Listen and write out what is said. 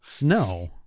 No